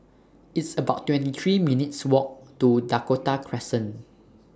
It's about twenty three minutes' Walk to Dakota Crescent